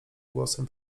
głosem